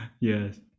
yes